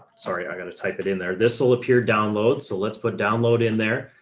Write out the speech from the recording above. sorry. i've got to type it in there. this will appear download. so let's put, download in there.